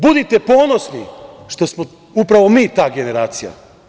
Budite ponosni što smo upravo mi ta generacija.